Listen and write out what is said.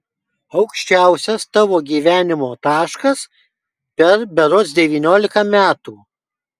aukščiausias tavo gyvenimo taškas per berods devyniolika metų